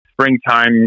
springtime